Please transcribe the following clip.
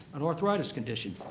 an arthritis condition.